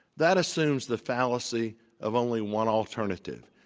that assumes the fallacy of only one alternative,